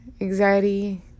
anxiety